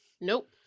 Nope